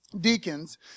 Deacons